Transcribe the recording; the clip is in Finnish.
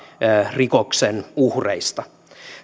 rikoksen uhreista